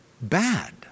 bad